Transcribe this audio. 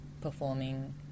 performing